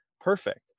Perfect